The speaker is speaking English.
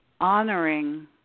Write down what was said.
honoring